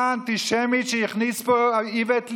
האנטישמית שהכניס לפה איווט ליברמן.